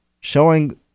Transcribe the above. showing